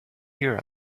here